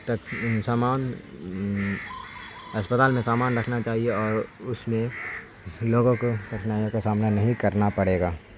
تک سامان اسپتال میں سامان رکھنا چاہیے اور اس میں اس لوگوں کو کٹھنائیوں کا سامنا نہیں کرنا پڑے گا